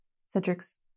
Cedric's